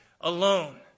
alone